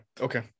Okay